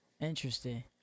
Interesting